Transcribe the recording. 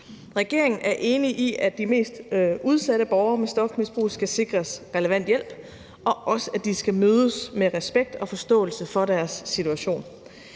Regeringen er enig i, at de mest udsatte borgere med stofmisbrug skal sikres relevant hjælp, og at de også skal mødes med respekt og forståelse for deres situation.